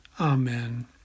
Amen